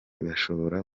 bashobora